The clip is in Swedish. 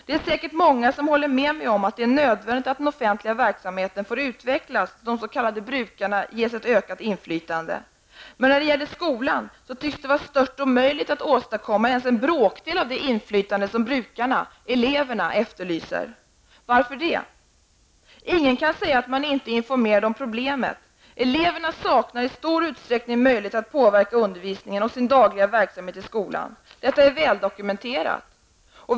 Det är säkert många som håller med mig om att det är nödvändigt att den offentliga verksamheten får utvecklas, så att de s.k. brukarna ges ett ökat inflytande. Men när det gäller skolan tycks det vara stört omöjligt att åstadkomma ens en bråkdel av det inflytande som brukarna -- eleverna -- efterlyser. Varför? Ingen kan säga att man inte är informerad om problemet. Det är väldokumenterat att eleverna i stor utsträckning saknar möjlighet att påverka undervisningen och sin dagliga verksamhet i skolan.